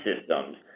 systems